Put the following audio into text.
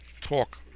talk